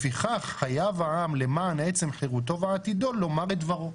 לפיכך חייב העם למען עצם חירות ועתידו לומר את דברו.